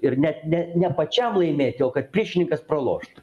ir net ne ne pačiam laimėti o kad priešininkas praloštų